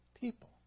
people